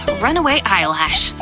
but runaway eyelash,